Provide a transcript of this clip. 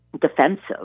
defensive